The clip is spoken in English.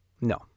no